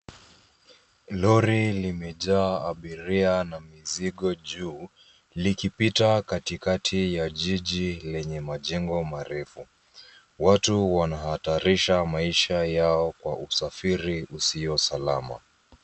Lori limejaa abiria na mizigo juu, likipita katikati ya jiji lenye majengo marefu. Watu wanahatarisha maisha yao kwa usafiri usio salama.